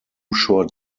short